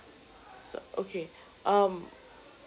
so okay um